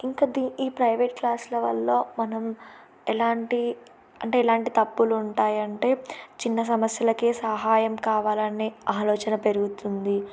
ఇంకా ద ఈ ప్రైవేట్ క్లాస్ల వల్ల మనం ఎలాంటి అంటే ఎలాంటి తప్పులు ఉంటాయంటే చిన్న సమస్యలకే సహాయం కావాలన్న ఆలోచన పెరుగుతుంది